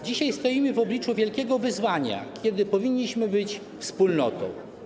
Dzisiaj stoimy w obliczu wielkiego wyzwania, kiedy powinniśmy być wspólnotą.